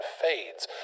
fades